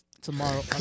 tomorrow